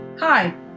Hi